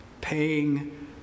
Paying